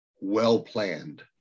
well-planned